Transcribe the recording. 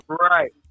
Right